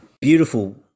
Beautiful